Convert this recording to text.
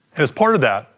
as part of that,